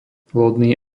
lodný